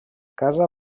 casa